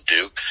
Duke